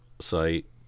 site